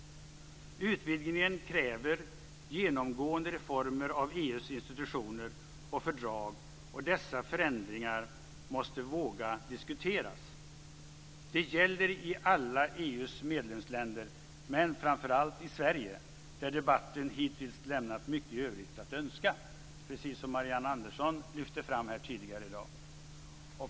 Utvidgningen kräver genomgående reformer av EU:s institutioner och fördrag, och dessa förändringar måste vi våga diskutera. Det gäller i alla EU:s medlemsländer men framför allt i Sverige, där debatten hittills lämnat mycket i övrigt att önska, precis som Marianne Andersson lyfte fram tidigare i dag.